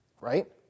Right